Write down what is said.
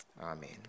Amen